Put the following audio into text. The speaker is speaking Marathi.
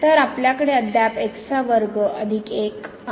तर आपल्याकडे अद्याप x चा वर्ग अधिक 1 आणि नंतर ही मर्यादा 0 वर जाईल